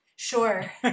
sure